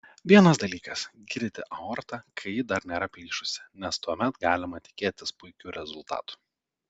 vienas dalykas gydyti aortą kai ji dar nėra plyšusi nes tuomet galima tikėtis puikių rezultatų